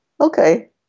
okay